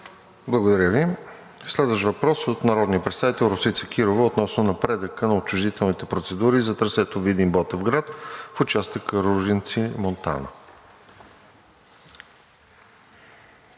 Благодаря Ви. Следващ въпрос от народния представител Росица Кирова относно напредъка на отчуждителните процедури за трасето Видин – Ботевград в участъка Ружинци – Монтана.